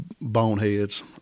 boneheads